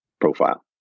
profile